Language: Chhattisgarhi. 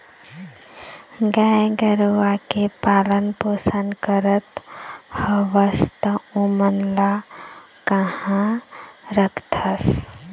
गाय गरुवा के पालन पोसन करत हवस त ओमन ल काँहा रखथस?